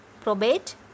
probate